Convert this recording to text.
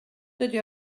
dydy